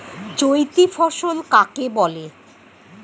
চৈতি ফসল কাকে বলে?